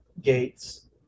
gates